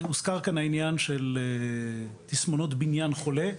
הוזכר כאן העניין של תסמונות בניין חולה.